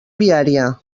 viaria